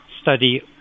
study